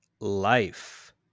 Life